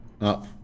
up